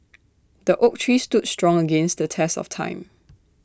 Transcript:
the oak tree stood strong against the test of time